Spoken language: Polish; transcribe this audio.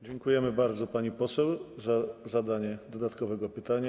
Dziękujemy bardzo, pani poseł, za zadanie dodatkowego pytania.